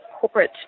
corporate